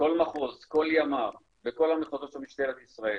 שכל מחוז, כל ימ"ר בכל המחוזות של משטרת ישראל